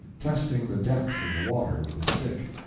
testing the depth of the water with a stick.